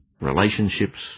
relationships